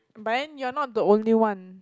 but then you're not the only one